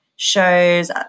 shows